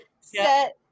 set